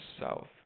south